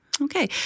Okay